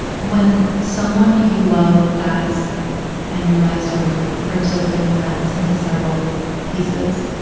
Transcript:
when someone you love dies and your life sort of rips open and melts into several pieces,